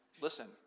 listen